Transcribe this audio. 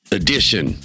edition